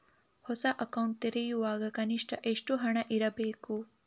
ಹೊಸ ಅಕೌಂಟ್ ತೆರೆಯುವಾಗ ಕನಿಷ್ಠ ಎಷ್ಟು ಹಣ ಇಡಬೇಕು?